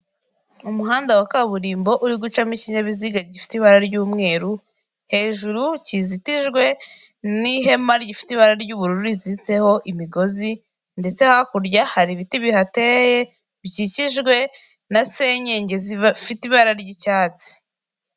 Umuhanda wa kaburimbo uri gucamo ikinyabiziga gifite ibara ry'umweru, hejuru kizitijwe n'ihema rifite ibara ry'ubururu riziritseho imigozi ndetse hakurya hari ibiti bihateye bikikijwe na senyenge zifite ibara ry'icyatsi.